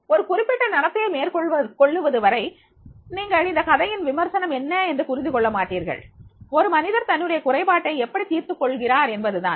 ஒரு குறிப்பிட்ட நடத்தையை மேற்கொள்ளுவது வரை நீங்கள் இந்த கதையின் விமர்சனம் என்ன என்று புரிந்து கொள்ள மாட்டீர்கள் ஒரு மனிதர் தன்னுடைய குறைபாட்டை எப்படி தீர்த்துக் கொள்கிறார் என்பதுதான்